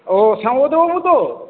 ও শ্যামাপদবাবু তো